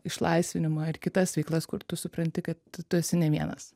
išlaisvinimą ir kitas veiklas kur tu supranti kad tu esi ne vienas